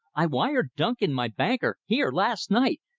i wired duncan, my banker, here last night,